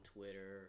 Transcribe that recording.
Twitter